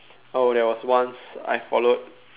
oh there was once I followed